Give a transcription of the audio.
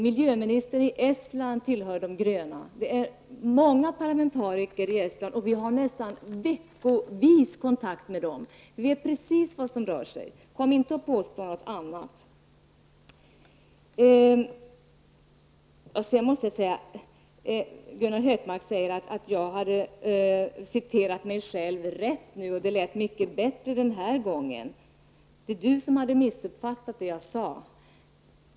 Miljöministern i Estland tillhör de gröna. Detsamma gäller många parlamentariker i Estland. Vi har nästan veckovis kontakt med dem. Vi vet precis vad som rör sig. Kom inte och påstå något annat. Gunnar Hökmark sade att jag hade citerat mig själv rätt och att det lät mycket bättre den här gången. Det var Gunnar Hökmark som hade missuppfattat det jag sade.